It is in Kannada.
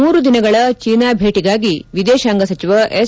ಮೂರು ದಿನಗಳ ಚೀನಾ ಭೇಟಿಗಾಗಿ ವಿದೇಶಾಂಗ ಸಚಿವ ಎಸ್